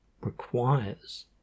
requires